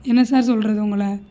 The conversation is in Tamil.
என்ன சார் சொல்வது உங்களை